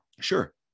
Sure